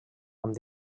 amb